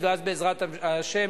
וכולנו מעוניינים בהשבת הטבות